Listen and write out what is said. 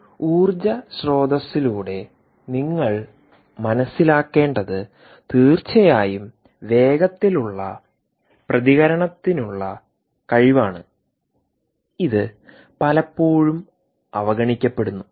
ഒരു ഊർജ്ജ സ്രോതസ്സിലൂടെ നിങ്ങൾ മനസ്സിലാക്കേണ്ടത് തീർച്ചയായും വേഗത്തിലുള്ള പ്രതികരണത്തിനുള്ള കഴിവാണ്ഇത് പലപ്പോഴും അവഗണിക്കപ്പെടുന്നു